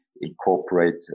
incorporate